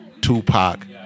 Tupac